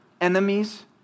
enemies